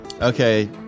Okay